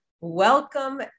Welcome